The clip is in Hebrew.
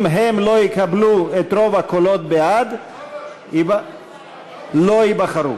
אם הם לא יקבלו את רוב הקולות בעד, לא ייבחרו.